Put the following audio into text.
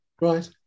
Right